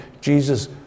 Jesus